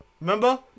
Remember